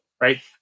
right